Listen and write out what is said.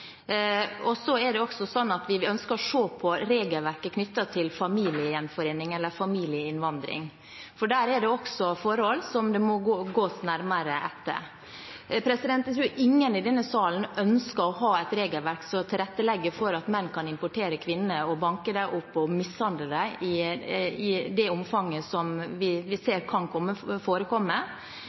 Vi ønsker også å se på regelverket knyttet til familiegjenforening, eller familieinnvandring, for også der er det forhold som man må gå nærmere etter i sømmene. Jeg tror ingen i denne salen ønsker å ha et regelverk som tilrettelegger for at menn kan importere kvinner og banke dem opp og mishandle dem i det omfanget som vi ser kan forekomme.